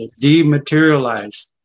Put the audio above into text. dematerialized